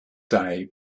day